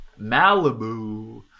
Malibu